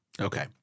Okay